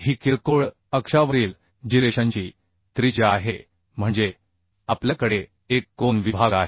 ही किरकोळ अक्षावरील जिरेशनची त्रिज्या आहे म्हणजे आपल्याकडे एक कोन विभाग आहे